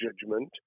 judgment